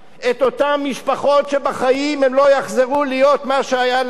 אותן משפחות שבחיים לא יחזור להיות מה שהיה להן.